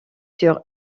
sur